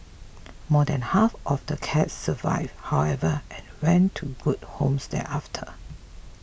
more than half of the cats survived however and went to good homes thereafter